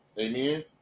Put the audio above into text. Amen